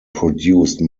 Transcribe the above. produced